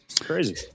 Crazy